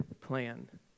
plan